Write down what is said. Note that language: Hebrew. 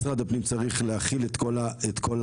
משרד הפנים צריך להחיל את הסיכומים.